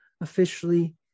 officially